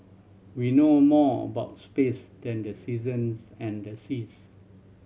we know more about space than the seasons and the seas